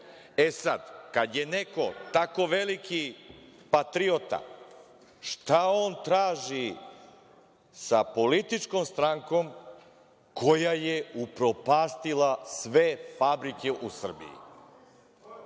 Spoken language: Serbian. robu. Kada je neko tako veliki patriota, šta on traži sa političkom strankom koja je upropastila sve fabrike u Srbiji.